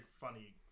funny